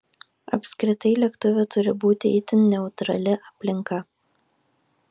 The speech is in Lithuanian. apskritai lėktuve turi būti itin neutrali aplinka